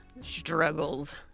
struggles